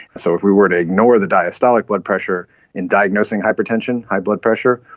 so if we were to ignore the diastolic blood pressure in diagnosing hypertension, high blood pressure,